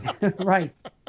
Right